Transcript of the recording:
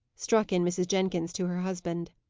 struck in mrs. jenkins to her husband.